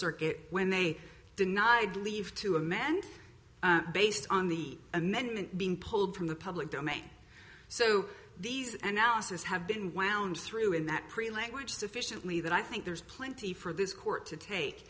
circuit when they denied leave to amend based on the amendment being pulled from the public domain so these announcers have been wound through in that pretty language sufficiently that i think there's plenty for this court to take